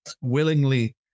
willingly